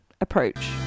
approach